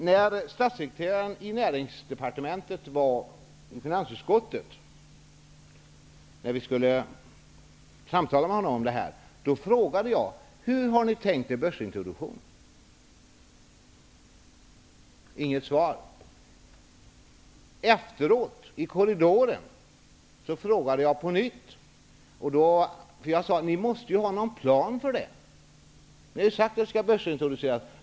När statssekreteraren i Näringsdepartementet var i finansutskottet där vi skulle samtala med honom om detta, frågade jag honom: Hur har ni tänkt er börsintroduktionen? Inget svar. Efteråt i korridoren frågade jag på nytt. Jag sade: Ni måste ha en plan för detta. Ni har ju sagt att bolagen skall börsintroduceras.